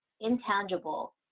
intangible